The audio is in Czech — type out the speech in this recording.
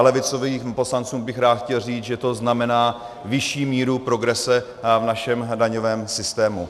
Levicovým poslancům bych rád chtěl říct, že to znamená vyšší míru progrese v našem daňovém systému.